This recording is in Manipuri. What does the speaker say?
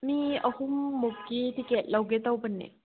ꯃꯤ ꯑꯍꯨꯝꯃꯨꯛꯀꯤ ꯇꯤꯀꯦꯠ ꯂꯧꯒꯦ ꯇꯧꯕꯅꯦ